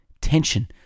tension